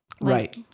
Right